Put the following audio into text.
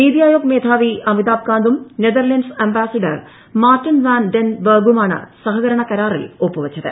നിതി ആയോഗ് മേധാവി അമിതാഭ് കാന്തും Netherlands ambassador Marten van den ബെർഗുമാണ് സഹകരണ കരാറിൽ ഒപ്പുവച്ചത്